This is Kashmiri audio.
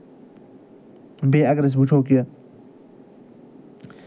بیٚیہِ اَگر أسۍ وٕچھو کہِ